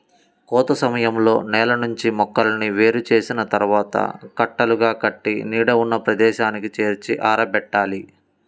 కోత సమయంలో నేల నుంచి మొక్కలను వేరు చేసిన తర్వాత కట్టలుగా కట్టి నీడ ఉన్న ప్రదేశానికి చేర్చి ఆరబెట్టాలి